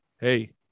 Hey